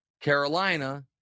Carolina